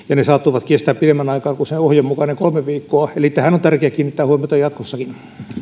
ja ne saattoivat kestää pidemmän aikaa kuin ohjeen mukaiset kolme viikkoa eli tähän on tärkeätä kiinnittää huomiota jatkossakin